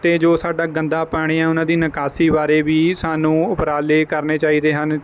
ਅਤੇ ਜੋ ਸਾਡਾ ਗੰਦਾ ਪਾਣੀ ਹੈ ਉਹਨਾਂ ਦੀ ਨਿਕਾਸੀ ਬਾਰੇ ਵੀ ਸਾਨੂੰ ਉਪਰਾਲੇ ਕਰਨੇ ਚਾਹੀਦੇ ਹਨ